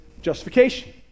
justification